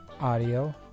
Audio